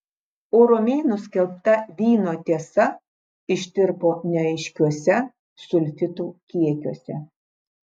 o romėnų skelbta vyno tiesa ištirpo neaiškiuose sulfitų kiekiuose